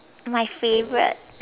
my favorite